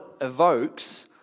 evokes